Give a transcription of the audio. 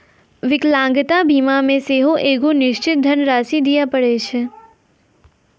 विकलांगता बीमा मे सेहो एगो निश्चित धन राशि दिये पड़ै छै